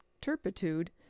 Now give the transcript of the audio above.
turpitude